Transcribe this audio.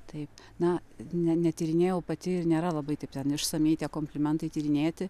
taip na ne netyrinėjau pati ir nėra labai taip ten išsamiai tie komplimentai tyrinėti